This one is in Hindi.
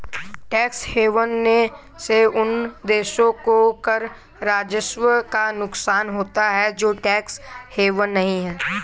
टैक्स हेवन से उन देशों को कर राजस्व का नुकसान होता है जो टैक्स हेवन नहीं हैं